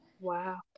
Wow